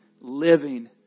living